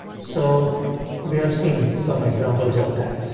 so we have seen some examples of that.